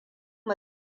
mu